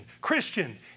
Christian